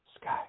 Sky